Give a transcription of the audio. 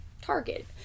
target